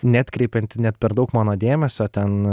neatkreipianti net per daug mano dėmesio ten